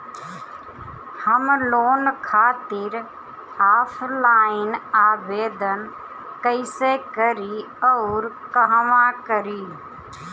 हम लोन खातिर ऑफलाइन आवेदन कइसे करि अउर कहवा करी?